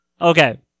Okay